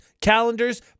calendars